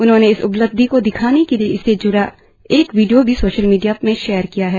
उन्होंने इस उपलब्धि को दिखाने के लिए इससे जूड़ा एक विडियों भी सोशल मीडिया में शेयर किया है